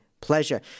pleasure